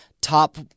top